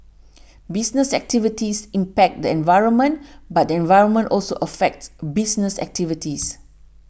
business activities impact the environment but the environment also affects business activities